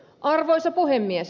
arvoisa puhemies